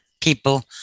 people